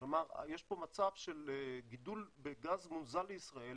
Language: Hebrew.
יש פה מצב של גידול בגז מונזל לישראל.